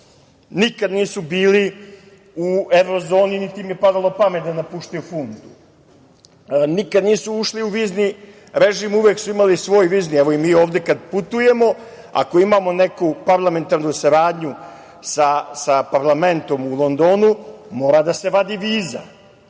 Nikada nisu bili u evrozoni, niti im je palo na pamet da napuštaju funtu. Nikada nisu ušli u vizni režim. Uvek su imali svoj vizni. Mi kada putujemo, ako imamo neku parlamentarnu saradnju sa parlamentom u Londonu moramo da vadimo vizu.